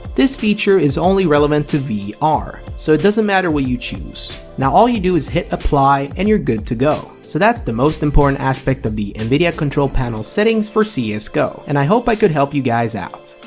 this feature is only relevant to vr, so it doesn't matter what you choose. now all you do is hit apply and you're good to go. so that's the most important aspect of the nvidia control panel settings for cs go and i hope i could help you guys out.